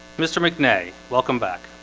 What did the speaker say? mr. mcnair welcome back